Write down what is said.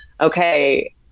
okay